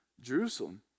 Jerusalem